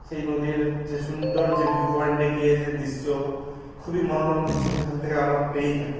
সেই নদীর যে সুন্দর যে ভিউ পয়েন্টে গিয়ে যে দৃশ্য খুবই মনোরম দৃশ্য সেখান থেকে আমরা পেয়েই থাকি